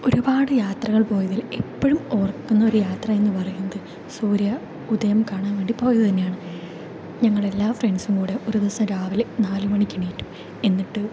ഒരുപാട് യാത്രകൾ പോയതിൽ എപ്പഴും ഓർക്കുന്ന ഒരു യാത്ര എന്ന് പറയുന്നത് സൂര്യ ഉദയം കാണാൻ വേണ്ടി പോയതു തന്നെയാണ് ഞങ്ങളെല്ലാ ഫ്രണ്ട്സും കൂടെ ഒരു ദിവസം രാവിലെ നാലുമണിക്ക് എണീറ്റു എന്നിട്ട്